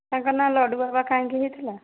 ତାଙ୍କ ନାମ ଲଡ଼ୁ ବାବା କାହିଁକି ହୋଇଥିଲା